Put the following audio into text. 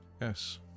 Yes